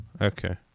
okay